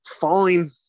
falling